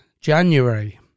January